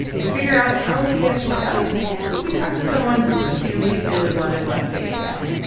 we figure out how they get put up, and we talk to someone who really, really wanted one taken down